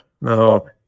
no